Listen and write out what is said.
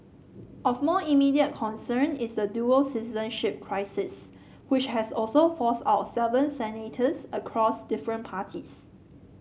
of more immediate concern is the dual citizenship crisis which has also forced out seven senators across different parties